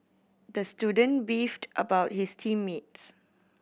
the student beefed about his team mates